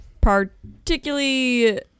particularly